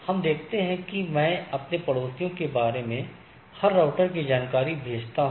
हम देखते हैं कि मैं अपने पड़ोसियों के बारे में हर राउटर को जानकारी भेजता हूं